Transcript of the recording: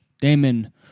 Damon